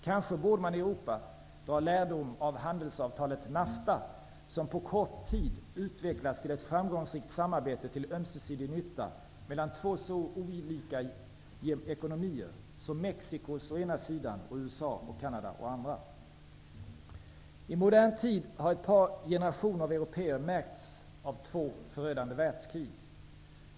Kanske borde man i Europa dra lärdom av handelsavtalet NAFTA, som på kort tid har utvecklats till ett framgångsrikt samarbete till ömsesidig nytta mellan två så ojämlika ekonomier som å ena sidan Mexicos och å andra sidan USA:s och Kanadas. I modern tid har ett par generationer av européer märkts av två förödande världskrig.